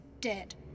dead